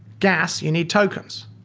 gas, you need tokens.